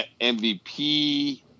MVP